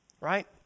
Right